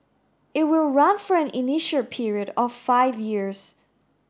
it will run for an initial period of five years